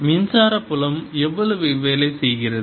மின்சார புலம் எவ்வளவு வேலை செய்கிறது